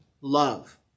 love